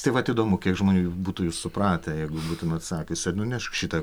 tai vat įdomu kiek žmonių būtų supratę jeigu būtumėt sakiusi nunešk šitą